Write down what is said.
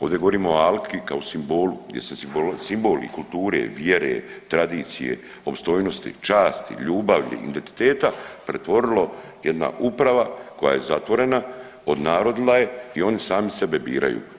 Ovdje govorimo o Alki kao simbolu, gdje se simbol i kulture vjere, tradicije, opstojnosti, časti, ljubavi, identiteta pretvorilo jedna uprava koja je zatvorena, odnarodila je i oni sami sebe biraju.